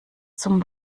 zum